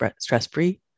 stress-free